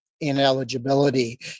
ineligibility